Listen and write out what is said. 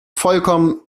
vollkommen